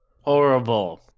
Horrible